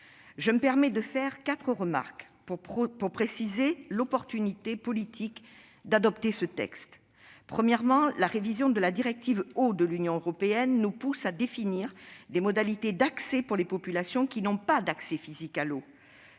Je me permets de faire quatre remarques pour préciser l'opportunité politique d'adopter ce texte. Premièrement, la révision de la directive Eau de l'Union européenne nous pousse à définir des modalités d'accès pour les populations qui n'ont pas d'accès physique à l'eau.